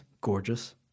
gorgeous